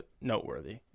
noteworthy